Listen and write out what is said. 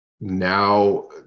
now